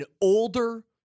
older